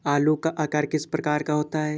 आलू का आकार किस प्रकार का होता है?